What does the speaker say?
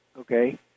Okay